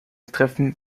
treffen